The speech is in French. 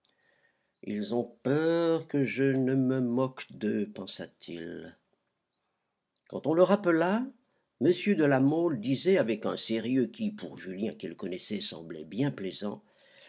ils ont peur que je ne me moque d'eux pensa-t-il quand on le rappela m de la mole disait avec un sérieux qui pour julien qui le connaissait semblait bien plaisant